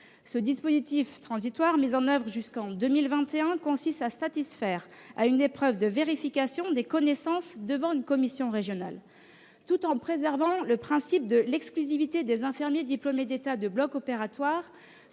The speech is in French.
Ce dispositif transitoire, mis en oeuvre jusqu'en 2021, consiste à satisfaire à une épreuve de vérification des connaissances devant une commission régionale. Tout en préservant le principe de l'exclusivité des infirmiers diplômés d'État de bloc opératoire,